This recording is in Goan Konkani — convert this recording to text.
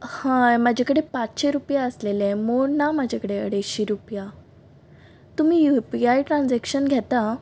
हय म्हाजे कडेन पांचशें रुपया आसलेले मोड ना म्हाजे कडेन अडेश्शीं रुपया तुमी युपीआय ट्रान्जॅक्शन घेतात